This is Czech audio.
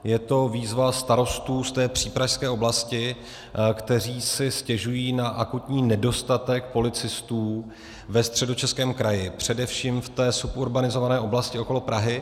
Je to výzva starostů z té přípražské oblasti, kteří si stěžují na akutní nedostatek policistů ve Středočeském kraji, především v té suburbanizované oblasti okolo Prahy.